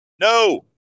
No